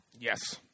yes